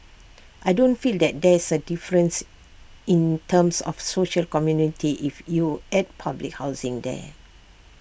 I don't feel that there's A difference in terms of social community if you add public housing there